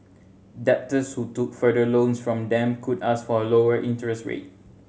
debtors who took further loans from them could ask for a lower interest rate